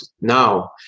now